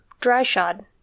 Dry-shod